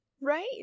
Right